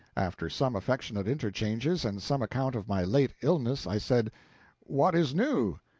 after some affectionate interchanges, and some account of my late illness, i said what is new?